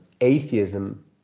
atheism